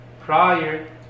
prior